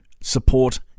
support